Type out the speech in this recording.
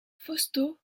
fausto